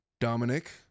dominic